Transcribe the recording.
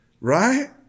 Right